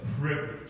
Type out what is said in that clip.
privilege